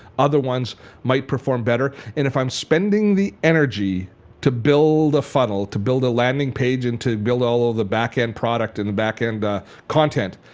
other ones might perform better. if i'm so the energy to build a funnel, to build a landing page and to build all of the backend product and the backend content,